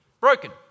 Broken